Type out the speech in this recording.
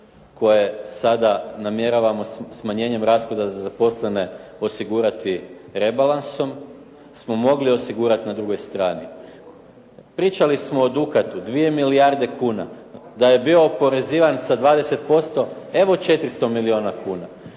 koje sada namjeravamo smanjenjem rashoda za zaposlene osigurati rebalansom smo mogli osigurati na drugoj strani. Pričali smo o “Dukatu“ 2 milijarde kuna. Da je bio oporezivan sa 20% evo 400 milijuna kuna.